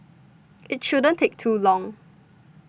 it shouldn't take too long